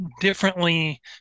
differently